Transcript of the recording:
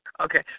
Okay